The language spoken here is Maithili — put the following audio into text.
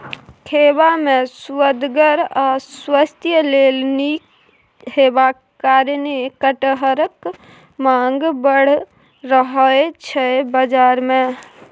खेबा मे सुअदगर आ स्वास्थ्य लेल नीक हेबाक कारणेँ कटहरक माँग बड़ रहय छै बजार मे